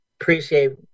appreciate